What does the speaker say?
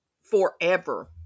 forever